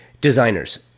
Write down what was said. Designers